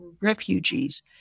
refugees